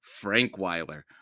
Frankweiler